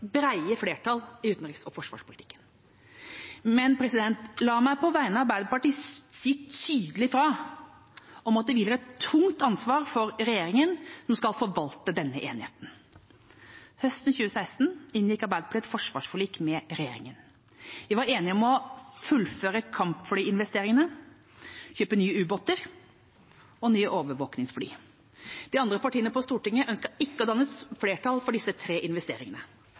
flertall i utenriks- og forsvarspolitikken. Men la meg på vegne av Arbeiderpartiet si tydelig fra om at det hviler et tungt ansvar på regjeringa, som skal forvalte denne enigheten. Høsten 2016 inngikk Arbeiderpartiet et forsvarsforlik med regjeringa. Vi var enige om å fullføre kampflyinvesteringene og å kjøpe nye ubåter og nye overvåkningsfly. De andre partiene på Stortinget ønsket ikke å danne flertall for disse tre investeringene. Noen ville ha færre jagerfly, andre ville utsette investeringene